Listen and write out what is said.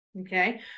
okay